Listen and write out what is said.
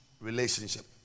relationship